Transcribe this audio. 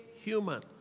human